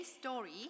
story